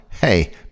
hey